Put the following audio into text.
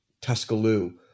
Tuscaloosa